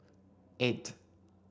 eight